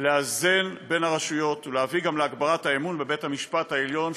לאזן בין הרשויות ולהביא גם להגברת האמון בבית המשפט העליון,